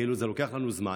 כאילו שזה לוקח לנו זמן.